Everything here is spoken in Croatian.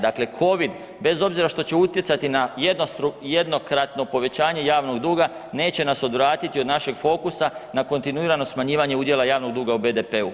Dakle, Covid bez obzira što će utjecati na jednokratno povećanje javnog duga neće nas odvratiti od našeg fokusa na kontinuirano smanjivanja udjela javnog duga u BDP-u.